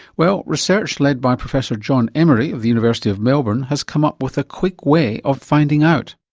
well, research led by professor jon emery of the university of melbourne has come up with a quick way of finding out.